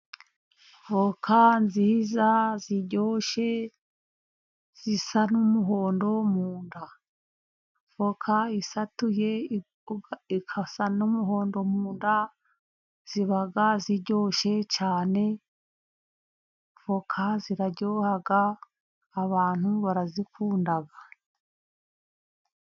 Voka nziza ziryoshye zisa n'umuhondo mu nda. Voka isatuye igasa n'umuhondo mu nda, ziba ziryoshye cyane. Voka ziraryoha abantu barazikunda.